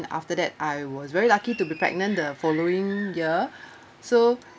after that I was very lucky to be pregnant the following year so